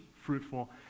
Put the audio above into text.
fruitful